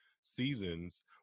seasons